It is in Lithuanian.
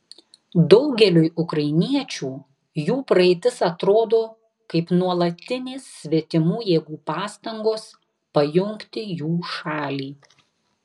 daugeliui ukrainiečių jų praeitis atrodo kaip nuolatinės svetimų jėgų pastangos pajungti jų šalį